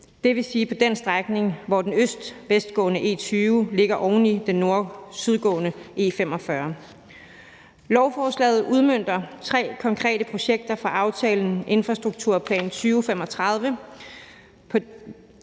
dvs. på den strækning, hvor den øst-vest-gående E20 ligger oven i den nord-syd-gående E45. Lovforslaget udmønter tre konkrete projekter fra aftalen »Infrastrukturplan 2035«.